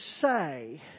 say